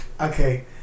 okay